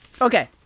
Okay